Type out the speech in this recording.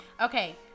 Okay